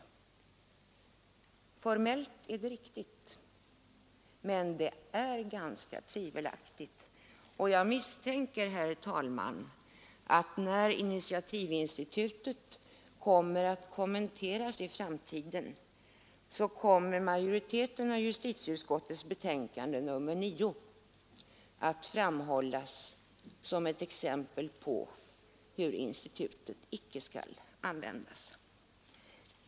Formellt är det riktigt, men det är enligt min mening ändå ganska tvivelaktigt. När en gång i framtiden initiativinstitutet skall kommenteras, misstänker jag, herr talman, att majoriteten bakom justitieutskottets betänkande 1974:9 kommer att framhållas som ett exempel på hur institutet icke skall användas.